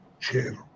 channel